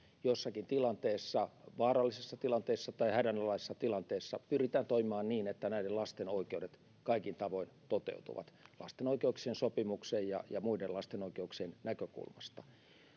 jossakin tilanteessa vaarallisessa tilanteessa tai hädänalaisessa tilanteessa pyritään toimimaan niin että näiden lasten oikeudet kaikin tavoin toteutuvat lapsen oikeuksien sopimuksen ja ja muiden lasten oikeuksien näkökulmasta